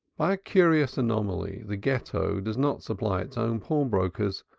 by a curious anomaly the ghetto does not supply its own pawnbrokers,